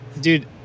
Dude